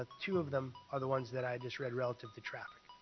ah two of them are the ones that i just read relative to traffic,